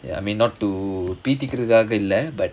ya I mean not to பீத்திக்கிறதுக்காக இல்ல:peetthikirathukkaaga illa